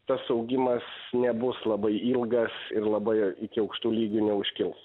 tas augimas nebus labai ilgas ir labai iki aukštų lygių neužkils